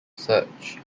search